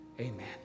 amen